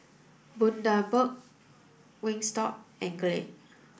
Bundaberg Wingstop and Glade